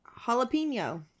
Jalapeno